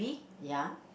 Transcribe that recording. ya